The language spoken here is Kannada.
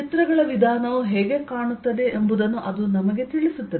ಚಿತ್ರಗಳ ವಿಧಾನವು ಹೇಗೆ ಕಾಣುತ್ತದೆ ಎಂಬುದನ್ನು ಅದು ನಮಗೆ ತಿಳಿಸುತ್ತದೆ